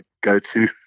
go-to